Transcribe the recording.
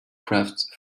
crafts